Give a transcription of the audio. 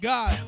God